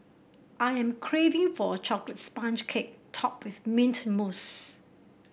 I am craving for a chocolate sponge cake topped with mint mousse